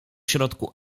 środku